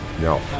No